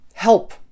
help